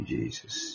Jesus